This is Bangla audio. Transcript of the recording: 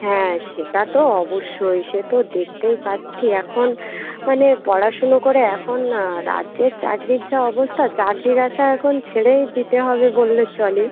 হ্যাঁ সেটা তো অবশ্যই সে তো দেখতেই পাচ্ছি এখন মানে পড়াশুনো করে এখন রাজ্যে চাকরির যা অবস্থা চাকরির আশা এখন ছেড়েই দিতে হবে বললে চলে